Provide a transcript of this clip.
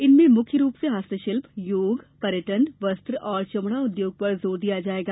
इनमें मुख्य् रूप से हस्तशिल्प योग पर्यटन वस्त्र और चमड़ा उद्योग पर जोर दिया जाएगा